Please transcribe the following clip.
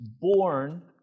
born